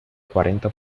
cuarenta